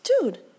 Dude